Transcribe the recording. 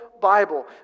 Bible